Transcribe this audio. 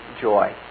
joy